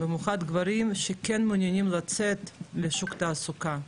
במיוחד גברים, שכן מעוניינים לצאת לשוק התעסוקה,